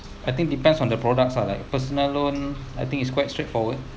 I think depends on the products ah like personal loan I think is quite straightforward